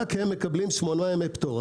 רק הם מקבלים 8 ימי פטור.